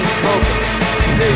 smoking